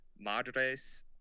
madres